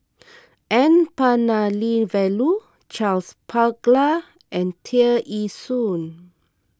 N Palanivelu Charles Paglar and Tear Ee Soon